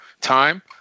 time